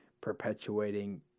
perpetuating